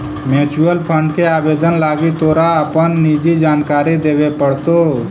mutual fund के आवेदन लागी तोरा अपन निजी जानकारी देबे पड़तो